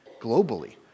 globally